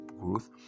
growth